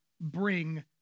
bring